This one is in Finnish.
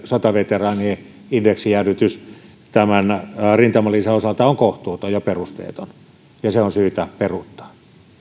sotaveteraanien indeksijäädytys tämän rintamalisän osalta on kohtuuton ja perusteeton ja se on syytä peruuttaa